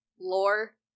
lore